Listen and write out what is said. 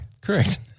Correct